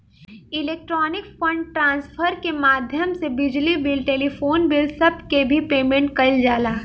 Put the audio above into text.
electronic fund transfer के माध्यम से बिजली बिल टेलीफोन बिल सब के भी पेमेंट कईल जाला